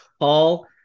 Paul